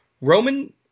roman